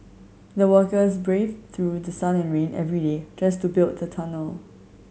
the workers braved through the sun and rain every day just to build the tunnel